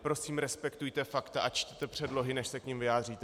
Prosím respektujte fakta a čtěte předlohy, než se k nim vyjádříte.